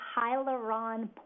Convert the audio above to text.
Hyaluron